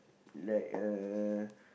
like a